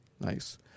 Nice